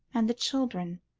and the children.